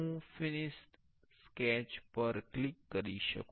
હું finished sketch પર click કરીશ